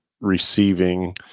receiving –